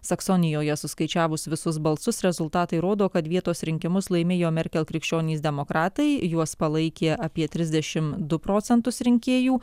saksonijoje suskaičiavus visus balsus rezultatai rodo kad vietos rinkimus laimėjo merkel krikščionys demokratai juos palaikė apie trisdešimt du procentus rinkėjų